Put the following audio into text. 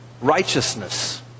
righteousness